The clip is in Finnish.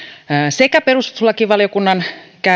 sekä perustuslakivaliokunnan